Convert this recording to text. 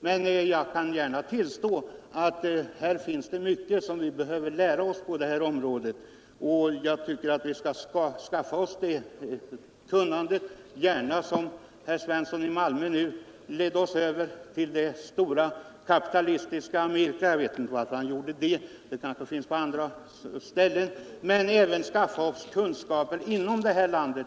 Men jag kan gärna tillstå att vi behöver lära oss mycket på detta område. Jag tycker vi skall skaffa oss det kunnandet, gärna på det sätt som herr Svensson i Malmö angav. Han förde oss över till det stora kapitalistiska USA. Jag vet inte varför han gjorde det. Det kanske finns andra ställen. Men vi skall också skaffa oss kunskaper inom detta land.